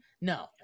No